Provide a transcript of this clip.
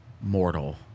mortal